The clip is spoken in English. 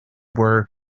were